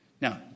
Now